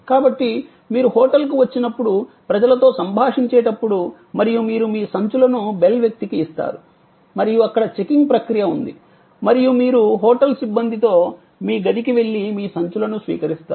కాబట్టి మీరు హోటల్కు వచ్చినప్పుడు ప్రజలతో సంభాషించేటప్పుడు మరియు మీరు మీ సంచులను బెల్ వ్యక్తికి ఇస్తారు మరియు అక్కడ చెకింగ్ ప్రక్రియ ఉంది మరియు మీరు హోటల్ సిబ్బందితో మీ గదికి వెళ్లి మీ సంచులను స్వీకరిస్తారు